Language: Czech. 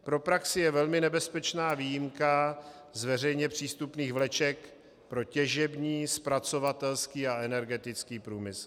Pro praxi je velmi nebezpečná výjimka z veřejně přístupných vleček pro těžební, zpracovatelský a energetický průmysl.